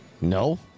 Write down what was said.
No